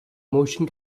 motion